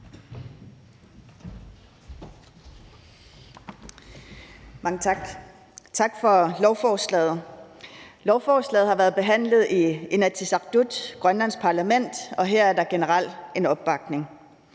Mange tak, og tak for lovforslaget. Lovforslaget har været behandlet i Inatsisartut, Grønlands parlament, og her er der generelt en opbakning.